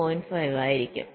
5 ആയിരിക്കും